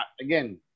again